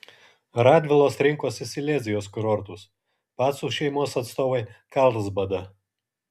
radvilos rinkosi silezijos kurortus pacų šeimos atstovai karlsbadą